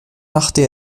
machte